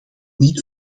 niet